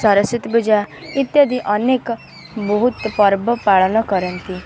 ସରସ୍ଵତୀ ପୂଜା ଇତ୍ୟାଦି ଅନେକ ବହୁତ ପର୍ବ ପାଳନ କରନ୍ତି